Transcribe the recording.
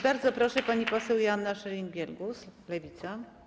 Bardzo proszę, pani poseł Joanna Scheuring-Wielgus, Lewica.